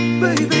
baby